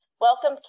Welcome